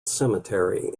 cemetery